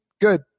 good